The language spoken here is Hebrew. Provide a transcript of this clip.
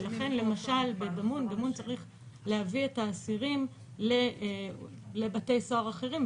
ולכן למשל בדמון צריך להביא את האסירים לבתי סוהר אחרים,